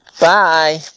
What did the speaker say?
Bye